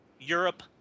Europe